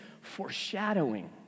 foreshadowing